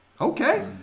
okay